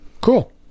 Cool